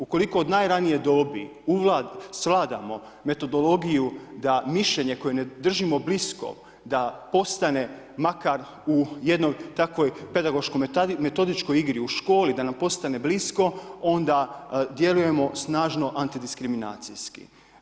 Ukoliko od najranije dobi … svladamo metodologiju da mišljenje koje ne držimo blisko, da postane makar u jednoj takvoj pedagoškoj metodičkoj igri u školi, da nam postane blisko onda djelujemo snažno, antidiskriminacijski.